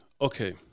Okay